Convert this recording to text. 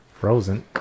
Frozen